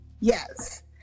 yes